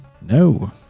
No